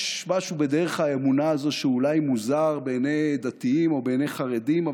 יש משהו בדרך האמונה הזאת שאולי מוזר בעיני דתיים או בעיני חרדים,